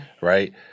Right